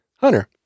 Hunter